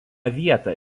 vietą